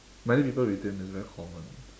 many people retain it's very common